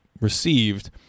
received